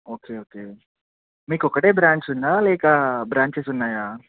okay okay మీకు ఒక్కటే branch ఉందా లేక బ్రాంచెస్ ఉన్నాయా